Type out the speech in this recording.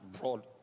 broad